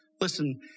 Listen